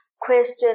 question